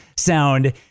sound